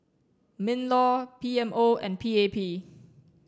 mean law P M O and P A P